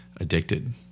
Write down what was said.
addicted